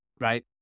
Right